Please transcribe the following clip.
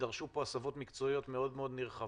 יידרשו פה הסבות מקצועיות נרחבות.